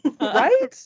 Right